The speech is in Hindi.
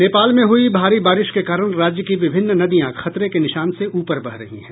नेपाल में हुयी भारी बारिश के कारण राज्य की विभिन्न नदियां खतरे के निशान से उपर बह रही है